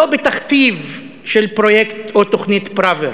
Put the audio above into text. לא בתכתיב של פרויקט או תוכנית פראוור,